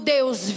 Deus